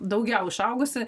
daugiau išaugusi